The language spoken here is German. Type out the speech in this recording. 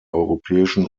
europäischen